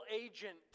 agent